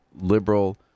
liberal